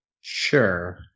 Sure